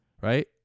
right